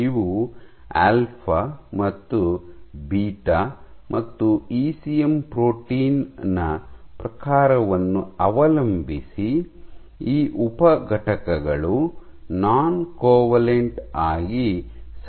ಇವು ಆಲ್ಫಾ ಮತ್ತು ಬೀಟಾ ಮತ್ತು ಇಸಿಎಂ ಪ್ರೋಟೀನ್ ನ ಪ್ರಕಾರವನ್ನು ಅವಲಂಬಿಸಿ ಈ ಉಪ ಘಟಕಗಳು ನಾನ್ ಕೋವೆಲೆಂಟ್ ಆಗಿ ಸಂಬಂಧ ಹೊಂದಿರುತ್ತವೆ